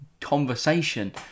conversation